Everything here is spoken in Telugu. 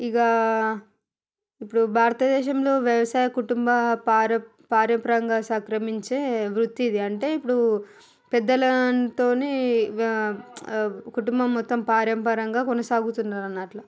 ఇక ఇప్పుడు భారతదేశంలో వ్యవసాయ కుటుంబ పారం పార్యపరంగా సంక్రమించే వృత్తి ఇది అంటే ఇప్పుడు పెద్దలతోనే కుటుంబం మొత్తం పారంపరంగా కొనసాగుతుంది అన్నట్ల